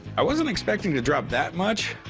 i wasn't expecting to drop that much.